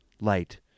light